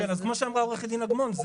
אז כמו שאמרה עורכת הדין אגמון,